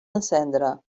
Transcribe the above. encendre